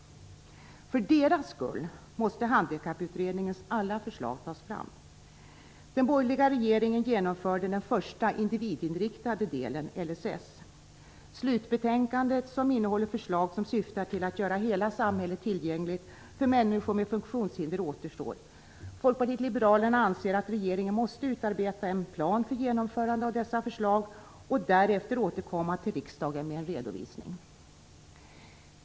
För deras skull måste Handikapputredningens alla förslag tas fram. Den borgerliga regeringen genomförde den första individreglerade delen, LSS. Slutbetänkandet som innehåller förslag som syftar till att göra hela samhället tillgängligt för människor med funktionshinder återstår. Folkpartiet liberalerna anser att regeringen måste utarbeta en plan för genomförandet av dessa förslag och därefter återkomma till riksdagen med en redovisning.